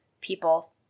people